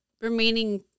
remaining